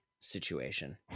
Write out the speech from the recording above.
situation